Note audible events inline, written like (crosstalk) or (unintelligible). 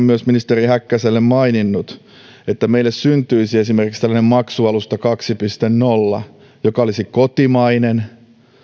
(unintelligible) myös ministeri häkkäselle maininnut että meille syntyisi esimerkiksi tämmöinen maksualusta kaksi piste nolla joka olisi kotimainen